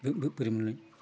बोरैमोनलाय